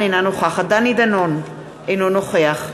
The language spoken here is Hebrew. אינה נוכחת